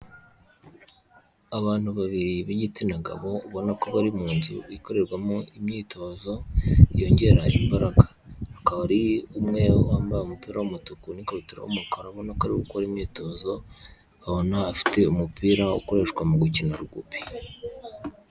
Abantu babiri b'igitsina gabo ubona ko bari mu nzu ikorerwamo imyitozo yongera imbaraga, akaba ari umwe wambaye umupira w'umutuku n'ikabutura y'umukara ubona ko ari gukora imyitozo, ubona afite umupira ukoreshwa mu gukina rugubi.